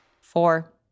Four